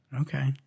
Okay